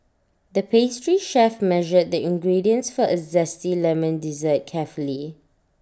the pastry chef measured the ingredients for A Zesty Lemon Dessert carefully